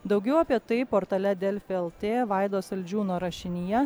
daugiau apie tai portale delfi lt vaido saldžiūno rašinyje